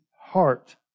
heart